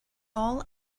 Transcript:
all